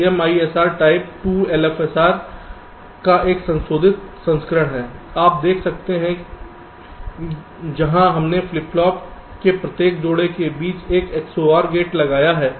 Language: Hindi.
तो MISR टाइप 2 LFSR का एक संशोधित संस्करण है आप देख सकते हैं जहां हमने फ्लिप फ्लॉप के प्रत्येक जोड़े के बीच एक XOR गेट लगाया है